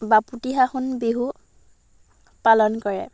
বাপতিসাহোন বিহু পালন কৰে